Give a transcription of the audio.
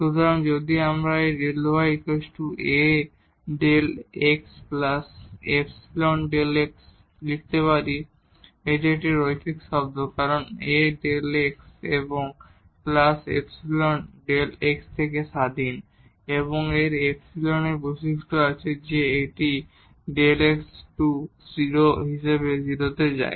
সুতরাং যদি আমরা এই Δ y A Δ x ϵ Δx লিখতে পারি এটি এখানে একটি রৈখিক শব্দ কারণ A Δ x এবং ϵ Δ x থেকে স্বাধীন এবং এই ϵ এর বৈশিষ্ট্য আছে যে এটি Δ x→ 0 হিসাবে 0 তে যায়